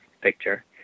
picture